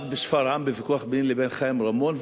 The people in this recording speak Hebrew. אז בשפרעם בוויכוח ביני לבין חיים רמון,